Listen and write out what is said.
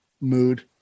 mood